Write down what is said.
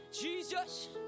Jesus